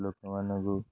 ଲୋକମାନଙ୍କୁ